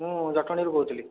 ମୁଁ ଜଟଣୀରୁ କହୁଥିଲି